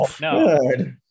No